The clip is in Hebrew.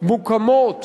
מוקמות